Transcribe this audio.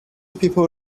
people